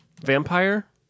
vampire